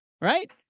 right